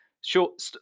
short